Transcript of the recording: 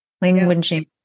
language